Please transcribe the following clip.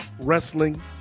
wrestling